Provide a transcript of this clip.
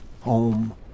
home